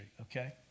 Okay